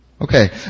Okay